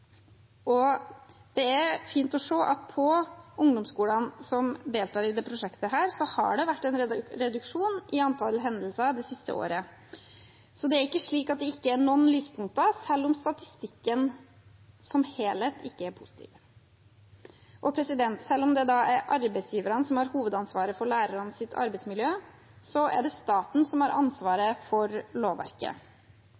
Det er fint å se at det på de ungdomsskolene som deltar i dette prosjektet, har vært en reduksjon i antall hendelser det siste året. Så det er ikke slik at det ikke er lyspunkter, selv om statistikken som helhet ikke er positiv. Selv om det er arbeidsgiverne som har hovedansvaret for lærernes arbeidsmiljø, er det staten som har